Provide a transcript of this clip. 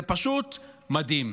זה פשוט מדהים.